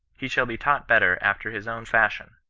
he shall be taught better after his own fashion.